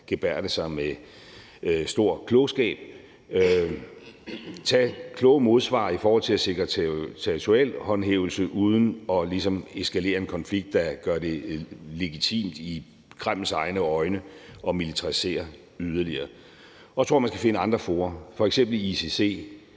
gebærde sig med stor klogskab, komme med kloge modsvar i forhold til at sikre territorialhåndhævelse uden ligesom at eskalere en konflikt, der gør det legitimt i Kremls egne øjne at militarisere yderligere. Jeg tror, man skal finde andre fora, f.eks. ICC,